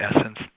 essence